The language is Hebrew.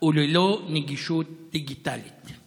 וללא נגישות דיגיטלית?